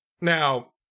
Now